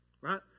right